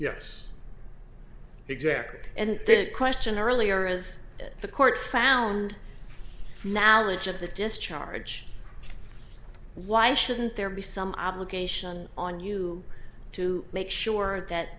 yes exactly and the question earlier is that the court found now the age of the discharge why shouldn't there be some obligation on you to make sure that